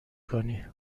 کنی